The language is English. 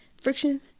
friction